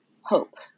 hope